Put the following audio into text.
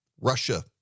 Russia